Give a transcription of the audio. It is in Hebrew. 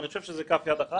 אני חושב שזאת כף יד אחת.